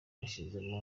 nashyizemo